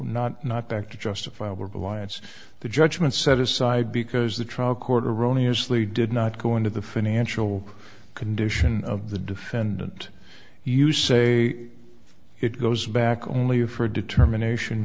not not back to justifiable but why it's the judgement set aside because the trial court erroneous lee did not go into the financial condition of the defendant you say it goes back only for a determination